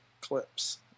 clips